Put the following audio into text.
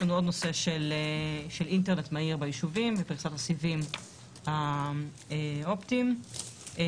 יש לנו עוד נושא של אינטרנט מהיר ביישובים ופריסת הסיבים האופטיים אז